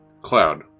Cloud